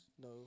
no